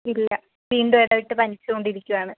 ഇല്ല വീണ്ടും ഇടവിട്ട് പനിച്ചുകൊണ്ടിരിക്കുകയാണ്